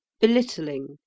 Belittling